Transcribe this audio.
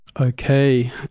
Okay